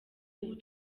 ubu